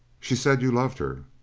she said you loved her.